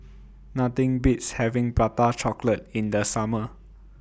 Nothing Beats having Prata Chocolate in The Summer